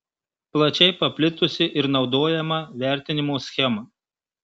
plačiai paplitusi ir naudojama vertinimo schema